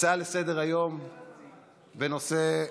הצעות לסדר-היום בנושא: